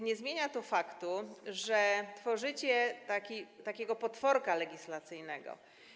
Nie zmienia to faktu, że tworzycie takiego potworka legislacyjnego.